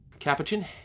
Capuchin